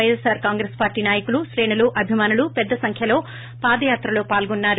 YSR Congress party నాయకులు శ్రేణులు అబిమానులు పెద్ద మొత్తంలో పాద్యాత్రలో పాల్గున్నారు